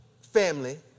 family